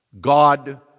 God